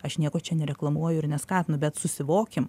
aš nieko čia nereklamuoju ir neskatinu bet susivokim